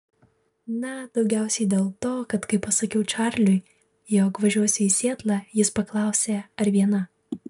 na daugiausiai dėl to kad kai pasakiau čarliui jog važiuosiu į sietlą jis paklausė ar viena